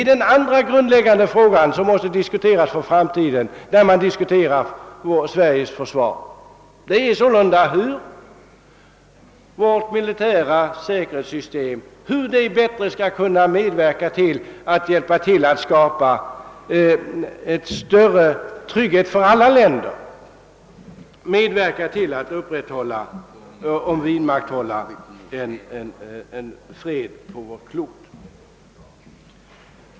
Den andra grundläggande frågan för Sveriges framtida försvar gäller sålunda hur vårt militära säkerhetssystem bättre skall kunna medverka till att skapa större trygghet för alla länder, hjälpa till att vidmakthålla fred på vår jord.